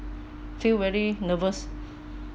feel very nervous